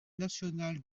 national